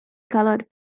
colored